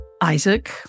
Isaac